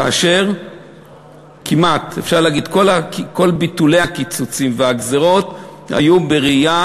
כאשר אפשר להגיד: כל ביטולי הקיצוצים והגזירות היו בראייה